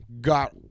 Got